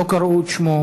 לא קראו בשמו,